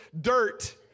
dirt